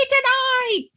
Tonight